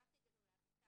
שלחתי את זה גם לאביטל.